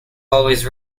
always